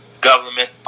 government